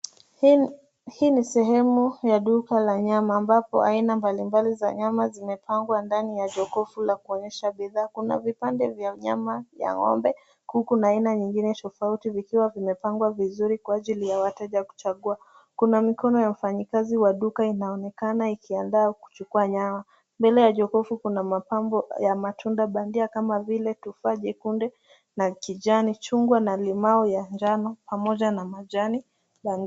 Hii ni sehemu ya duka la nyama ambapo haina mbalimbali za nyama zimepangwa ndani ya jokofu la kuonyesha bidhaa, kuna vipande vya nyama ya ng'ombe, kuku na aina nyingine tofauti zikiwa vimepangwa vizuri kwa ajili ya wateja kuchagua ,kuna mikono ya wafanyakazi wa duka inaonekana ikiandaa kuchukua nyama, mbele ya jokofu kuna mapambo ya matunda bandia kama vile tufaa ,kunde na kijani chungwa na limau ya njano pamoja na majani na.